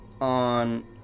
on